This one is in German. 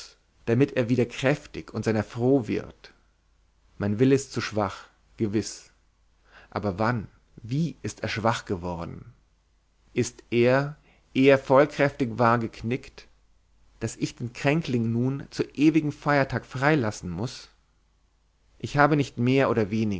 damit er wieder kräftig und seiner froh wird mein wille ist zu schwach gewiß aber wann wie ist er schwach geworden ist er ehe er vollkräftig war geknickt daß ich den kränkling nun zu ewigem feiertag frei lassen muß ich habe nicht mehr oder